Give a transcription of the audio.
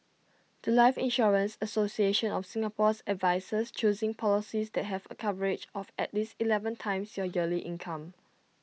The Life insurance association of Singapore's advises choosing policies that have A coverage of at least Eleven times your yearly income